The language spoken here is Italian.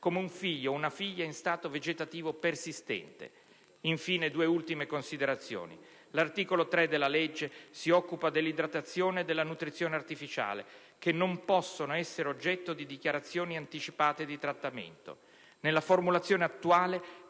come un figlio o una figlia in stato vegetativo persistente. Infine aggiungo due ultime considerazioni. L'articolo 3 della legge si occupa dell'idratazione e della nutrizione artificiale, che non possono essere oggetto di dichiarazioni anticipate di trattamento. Nella formulazione attuale,